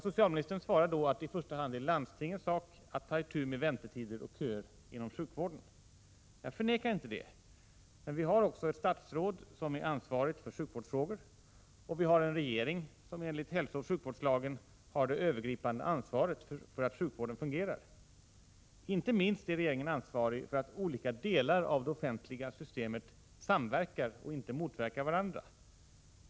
Socialministern säger i svaret att det i första hand är landstingens sak att ta itu med väntetider och köer inom sjukvården. Jag förnekar inte detta. Men vi har också ett statsråd som är ansvarig för sjukvårdsfrågorna, och vi har en regering som enligt hälsooch sjukvårdslagen har det övergripande ansvaret för att sjukvården fungerar. Inte minst är regeringen ansvarig för att olika delar av det offentliga systemet samverkar och inte motverkar varandra.